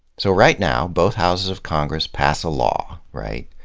so right now both houses of congress pass a law, right.